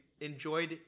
enjoyed